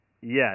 Yes